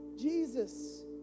Jesus